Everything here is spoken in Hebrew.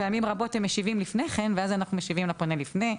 פעמים רבות הם משיבים לפני כן ואז אנחנו משיבים לפונה לפני.